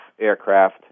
aircraft